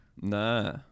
Nah